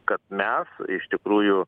kad mes iš tikrųjų